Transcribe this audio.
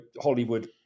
Hollywood